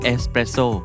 Espresso